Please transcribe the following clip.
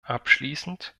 abschließend